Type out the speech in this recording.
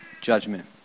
judgment